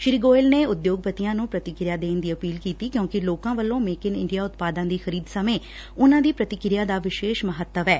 ਸ੍ੀ ਗੋਇਲ ਨੇ ਉਦਯੋਗਪਤੀਆਂ ਨੂੰ ਪ੍ਰਤੀਕਿਰਿਆ ਦੇਣ ਦੀ ਅਪੀਲ ਕੀਤੀ ਕਿਉਂਕਿ ਲੋਕਾਂ ਵੱਲੋਂ ਮੇਕ ਇਨ ਇੰਡੀਆ ਉਤਪਾਦਾਂ ਦੀ ਖਰੀਦ ਸਮੇਂ ਉਨ੍ਹਾਂ ਦੀ ਪ੍ਤੀਕਿਰਿਆ ਦਾ ਵਿਸ਼ੇਸ਼ ਮੱਹਤਵ ਐ